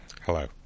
Hello